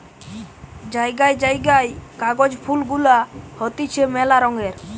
জায়গায় জায়গায় কাগজ ফুল গুলা হতিছে মেলা রঙের